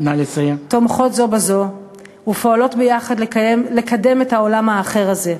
תומכות זו בזו ופועלות ביחד לקדם את העולם האחר הזה,